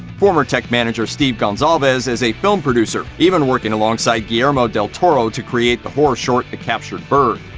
former tech manager steve gonsalves is a film producer, even working alongside guillermo del toro to create the horror short the captured bird.